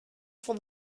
for